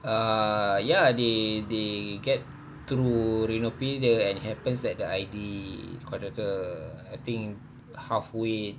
err ya they they get through Renopedia and happens that the I_D the contractor I think halfway